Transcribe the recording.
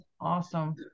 Awesome